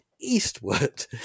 eastward